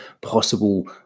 possible